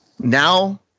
Now